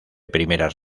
primeras